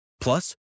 Plus